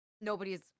nobody's